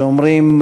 שאומרים: